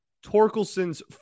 Torkelson's